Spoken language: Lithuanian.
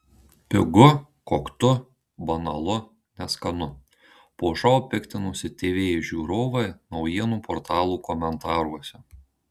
pigu koktu banalu neskanu po šou piktinosi tv žiūrovai naujienų portalų komentaruose